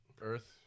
Earth